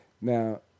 Now